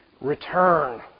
return